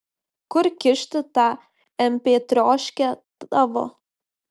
kur kišti tą empėtrioškę tavo